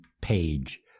page